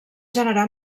generar